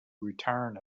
return